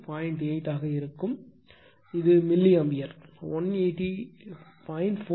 8 ஆக இருக்கும் இது மில்லிஆம்பியர் 180